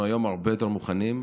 אנחנו היום הרבה יותר מוכנים.